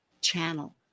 channel